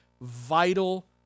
vital